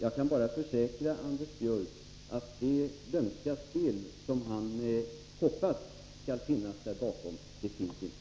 Jag kan bara försäkra Anders Björck att det lömska spel som han hoppas skall finnas bakom frågan inte finns.